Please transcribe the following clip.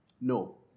No